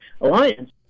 alliance